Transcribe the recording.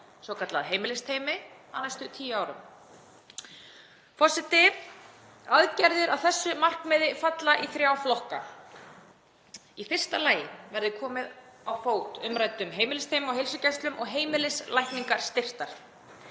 svokölluðu heimilisteymi, á næstu tíu árum. Aðgerðir að þessu markmiði falla í þrjá flokka. Í fyrsta lagi verður komið á fót heimilisteymum á heilsugæslum og heimilislækningar styrktar.